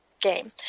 game